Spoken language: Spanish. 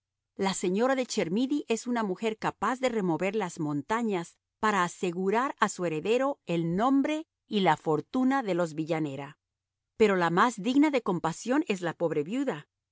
la señora de chermidy es una mujer capaz de remover las montañas para asegurar a su heredero el nombre y la fortuna de los villanera pero la más digna de compasión es la pobre viuda